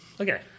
okay